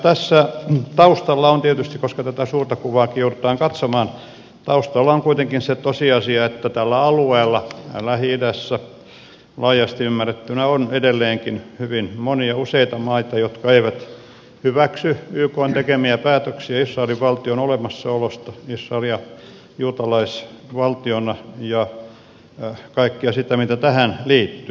tässä taustalla on tietysti koska tätä suurta kuvaakin joudutaan katsomaan kuitenkin se tosiasia että tällä alueella lähi idässä laajasti ymmärrettynä on edelleenkin hyvin monia useita maita jotka eivät hyväksy ykn tekemiä päätöksiä israelin valtion olemassaolosta israelia juutalaisvaltiona ja kaikkea sitä mitä tähän liittyy